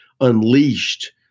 unleashed